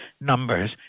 numbers